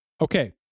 okay